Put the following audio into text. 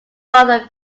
martha